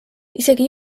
isegi